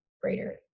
greater